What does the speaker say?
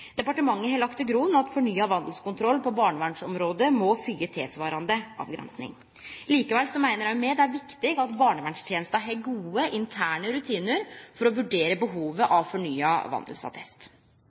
Departementet har lagt til grunn at fornya vandelskontroll på barnevernsområdet må følgje tilsvarande avgrensing. Likevel meiner me det er viktig at barnevernstenesta har gode interne rutinar for å vurdere behovet